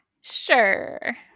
Sure